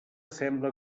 sembla